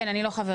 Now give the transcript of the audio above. כן, אני לא חברה.